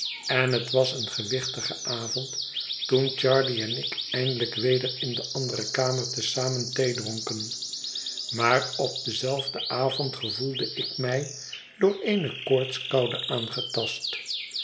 en het was een gewichtige avond toen charley en ik eindelijk weder in de andere kamer te zamen theedronken maar op denzelfden avond gevoelde ik mij door eene koortskoude aangetast